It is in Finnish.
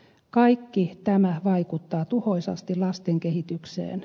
kaikki tämä vaikuttaa tuhoisasti lasten kehitykseen